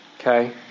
Okay